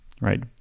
right